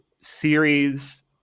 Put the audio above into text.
series